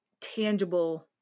tangible